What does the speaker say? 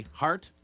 heart